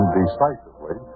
decisively